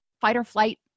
fight-or-flight